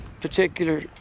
particular